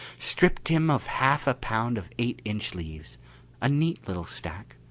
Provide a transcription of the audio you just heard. stripped him of half a pound of eight-inch leaves a neat little stack.